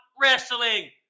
wrestling